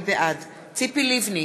בעד ציפי לבני,